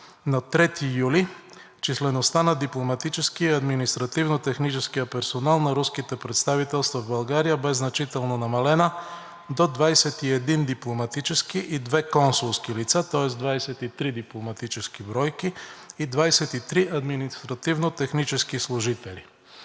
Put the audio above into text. на 3 юли числеността на дипломатическия и административно-техническия персонал на руските представителства в България бе значително намалена до 21 дипломатически и две консулски лица, тоест 23 дипломатически бройки и 23 административно-технически служители.